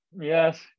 Yes